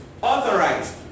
authorized